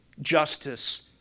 justice